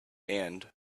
and